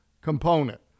component